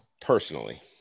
personally